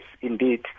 indeed